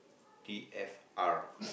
T F R